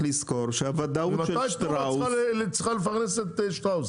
ממתי תנובה צריכה לפרנס את שטראוס?